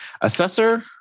Assessor